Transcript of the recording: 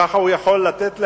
ככה הוא יכול לתת להם,